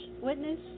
witness